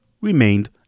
remained